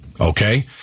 Okay